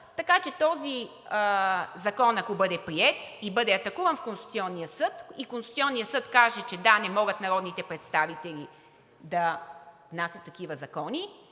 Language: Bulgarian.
така че този закон, ако бъде приет и бъде атакуван в Конституционния съд и Конституционният съд каже, че народните представители не могат да внасят такива закони,